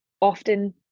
often